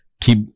keep